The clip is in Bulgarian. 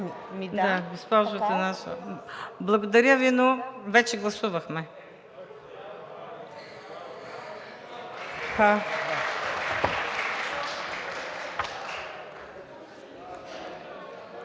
благодаря Ви, но вече гласувахме.